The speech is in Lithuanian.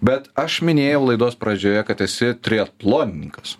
bet aš minėjau laidos pradžioje kad esi triatlonininkas